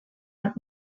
and